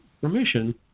permission